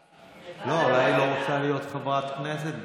לא, אולי היא לא רוצה להיות חברת כנסת.